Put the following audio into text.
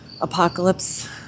apocalypse